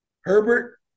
Herbert